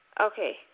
Okay